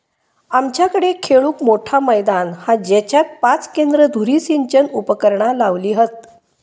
आमच्याकडे खेळूक मोठा मैदान हा जेच्यात पाच केंद्र धुरी सिंचन उपकरणा लावली हत